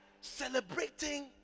celebrating